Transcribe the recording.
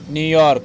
New York